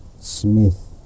Smith